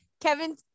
kevin